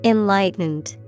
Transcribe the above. Enlightened